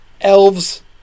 Elves